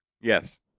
Yes